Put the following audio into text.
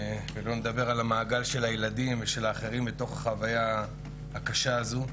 - שלא נדבר על המעגל של הילדים מתוך החוויה הקשה הזאת.